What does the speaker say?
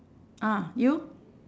ah you